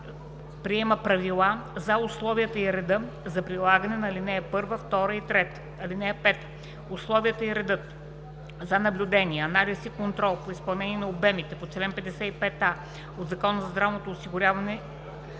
приема правила за условията и реда за прилагане на ал. 1, 2 и 3. (5) Условията и редът за наблюдение, анализ и контрол по изпълнението на обемите по чл. 55а от Закона за здравното осигуряване